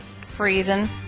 Freezing